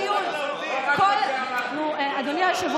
דיון, כל, אדוני השר.